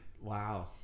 Wow